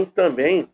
também